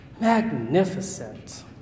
magnificent